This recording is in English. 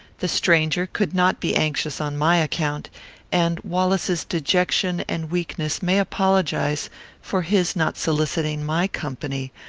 the stranger could not be anxious on my account and wallace's dejection and weakness may apologize for his not soliciting my company,